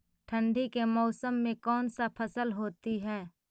ठंडी के मौसम में कौन सा फसल होती है?